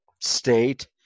State